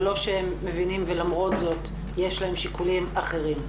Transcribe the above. ולא שהם מבינים ולמרות זאת יש להם שיקולים אחרים.